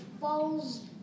falls